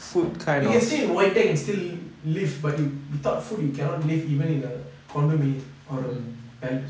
we can stay in void deck and still live but without food you cannot live even in a condominium or a palace